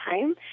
time